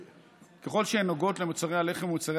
ככל שהן נוגעות למוצרי הלחם ומוצרי